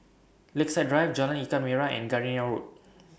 Lakeside Drive Jalan Ikan Merah and Gardenia Road